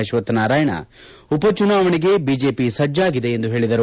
ಅಶ್ವತ್ವ್ ನಾರಾಯಣ ಉಪಚುನಾವಣೆಗೆ ಬಿಜೆಪಿ ಸಜ್ಜಾಗಿದೆ ಎಂದು ಹೇಳದರು